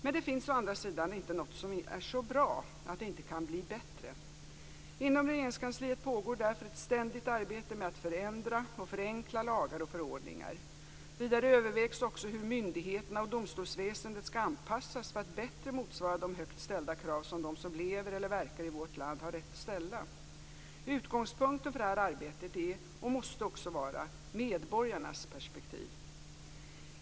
Men det finns å andra sidan inte något som är så bra att det inte kan bli bättre. Inom Regeringskansliet pågår därför ett ständigt arbete med att förändra och förenkla lagar och förordningar. Vidare övervägs också hur myndigheterna och domstolsväsendet skall anpassas för att bättre motsvara de högt ställda krav som de som lever eller verkar i vårt land har rätt att ställa. Utgångspunkten för detta arbete är och måste också vara medborgarnas perspektiv.